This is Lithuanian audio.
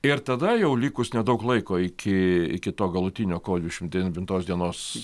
ir tada jau likus nedaug laiko iki iki to galutinio kovo dvidešim devintos dienos